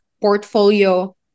portfolio